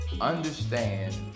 understand